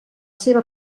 seva